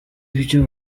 ibyo